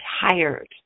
tired